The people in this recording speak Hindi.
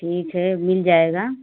ठीक है मिल जाएगा